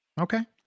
Okay